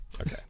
Okay